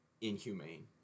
inhumane